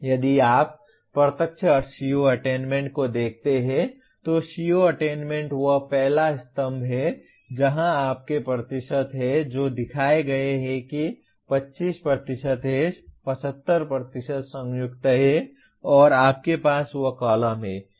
यदि आप प्रत्यक्ष CO अटेन्मेन्ट को देखते हैं तो CO अटेन्मेन्ट वह पहला स्तंभ है जहाँ आपके प्रतिशत हैं जो दिखाए गए हैं कि 25 है 75 संयुक्त हैं और आपके पास वह कॉलम है